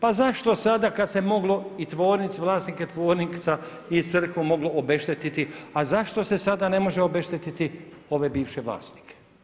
Pa zašto sada kad se moglo i vlasnike tvornica i crkvu moglo obeštetiti, a zašto se sada ne može obeštetiti ove bivše vlasnike?